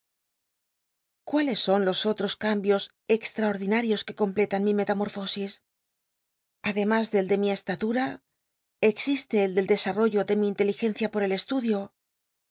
iles son tos otros cambios exllaordinarios que completan mi metamórfosis aclemas del de mi eslaltua existe el del desnl'l'ollo de mi intelii el estudio